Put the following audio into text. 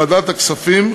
בוועדת הכספים,